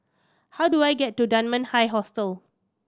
how do I get to Dunman High Hostel